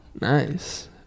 Nice